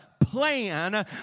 plan